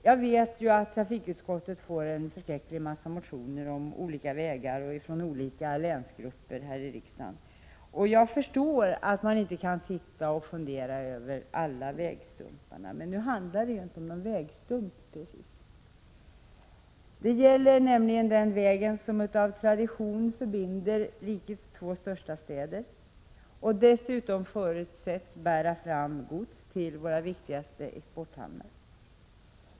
Jag vet att trafikutskottet får en stor mängd motioner om olika vägar från olika länsgrupper här i riksdagen, och jag förstår att man inte kan sitta och fundera över alla vägstumparna. Men nu handlar det ju inte om någon vägstump precis. Det gäller den väg som sedan gammalt förbinder rikets två största städer och dessutom förutsätts bära fram gods till våra viktigaste exporthamnar.